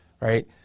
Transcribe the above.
right